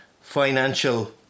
financial